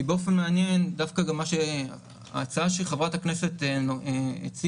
כי באופן מעניין ההצעה של חברת הכנסת השכל